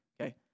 Okay